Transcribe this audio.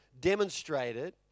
demonstrated